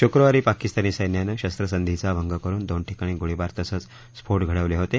शुक्रवारी पाकिस्तानी सैन्यानं शस्त्रसंधीचा भंग करुन दोन ठिकाणी गोळीबार तसंच स्फोट घडवले होते